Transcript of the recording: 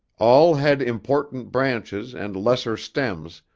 all had important branches and lesser stems,